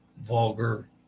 vulgar